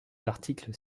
articles